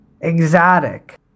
exotic